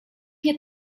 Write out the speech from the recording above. nie